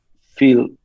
feel